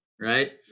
right